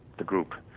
the group,